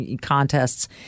contests